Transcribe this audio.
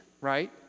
right